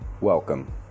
welcome